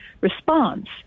response